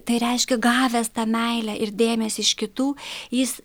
tai reiškia gavęs tą meilę ir dėmesį iš kitų jis